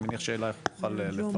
אני מניח שאלה תוכל לפרט,